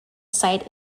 site